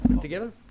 together